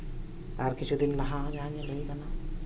ᱟᱨ ᱠᱤᱪᱷᱩ ᱫᱤᱱ ᱞᱟᱦᱟ ᱦᱚᱸ ᱡᱟᱦᱟᱸ ᱧᱮᱞ ᱦᱩᱭᱟᱠᱟᱱᱟ